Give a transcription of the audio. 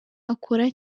akora